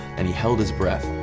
and he held his breath,